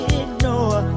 ignore